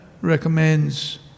recommends